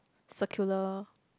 circular